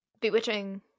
Bewitching